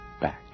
back